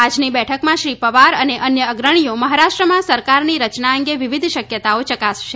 આજની બેઠકમાં શ્રી પવાર અને અન્ય અગ્રણીઓ મહારાષ્ટ્રમાં સરકારની રયના અંગે વિવિધ શક્યતાઓ ચકાસશે